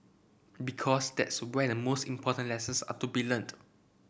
because that's where the most important lessons are to be learnt